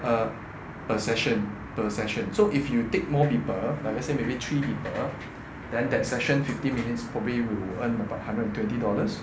err per session per session so if you take more people like let's say maybe three people then that session fifteen minutes probably will earn about hundred and twenty dollars